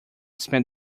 spent